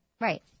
right